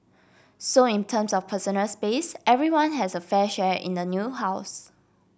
so in terms of personal space everyone has a fair share in the new house